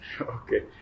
Okay